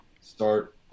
start